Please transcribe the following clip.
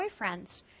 boyfriends